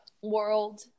world